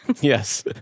Yes